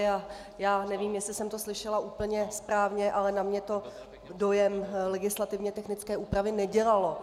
A já nevím, jestli jsem to slyšela úplně správně, ale na mě to dojem legislativně technické úpravy nedělalo.